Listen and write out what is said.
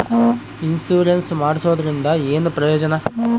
Insurance ಮಾಡ್ಸೋದರಿಂದ ಏನು ಪ್ರಯೋಜನ?